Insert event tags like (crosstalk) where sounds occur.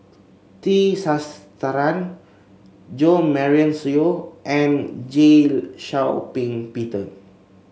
T Sasitharan Jo Marion Seow and (unintelligible) Shau Ping Peter